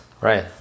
Right